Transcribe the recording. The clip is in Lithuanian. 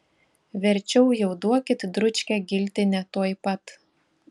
verčiau jau duokit dručkę giltinę tuoj pat